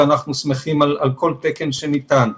ואנחנו שמחים על כל תקן שניתן,